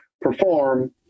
perform